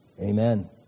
amen